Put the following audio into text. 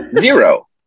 Zero